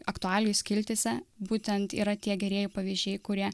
aktualijų skiltyse būtent yra tie gerieji pavyzdžiai kurie